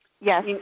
Yes